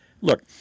Look